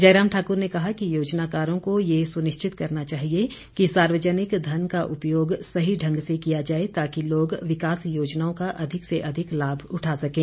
जयराम ठाकुर ने कहा कि योजनाकारों को ये सुनिश्चित करना चाहिए कि सार्वजनिक धन का उपयोग सही ढंग से किया जाए ताकि लोग विकास योजनाओं का अधिक से अधिक लाभ उठा सकें